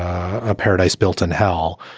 a paradise built in hell,